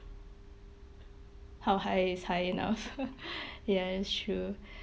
how high is high enough yes it's true